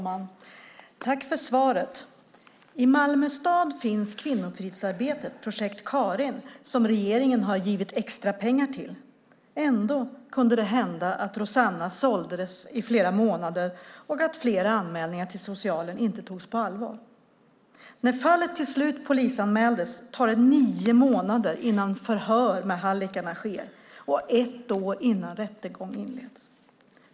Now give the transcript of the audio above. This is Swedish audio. Fru talman! Tack för svaret! I Malmö stad finns kvinnofridsarbetet Projekt Karin, som regeringen har givit extra pengar till. Ändå kunde det hända att Rossana såldes i flera månader och att flera anmälningar till socialen inte togs på allvar. När fallet till slut polisanmäldes tog det nio månader innan förhör med hallickarna skedde och ett år innan rättegång inleddes.